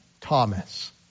Thomas